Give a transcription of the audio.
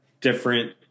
different